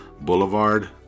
Boulevard